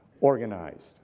organized